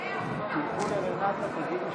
תודה רבה למזכיר הכנסת.